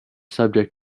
subject